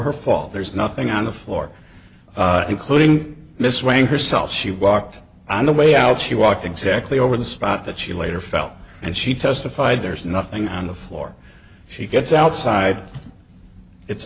her fall there's nothing on the floor including miss rang her cell she walked on the way out she walked exactly over the spot that she later fell and she testified there's nothing on the floor she gets outside it's